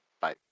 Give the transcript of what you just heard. Bye